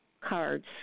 Cards